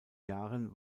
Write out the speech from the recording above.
jahren